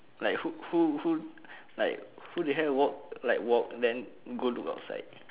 like who who who like who the hell work like walk then go to outside